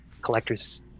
collectors